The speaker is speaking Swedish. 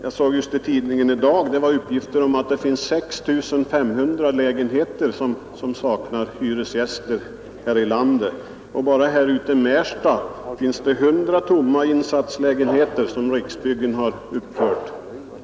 Jag såg just i tidningen i dag uppgifter om att det finns 6 500 lägenheter som saknar hyresgäster här i landet, och bara ute i Märsta finns det 100 tomma insatslägenheter som Riksbyggen har uppfört.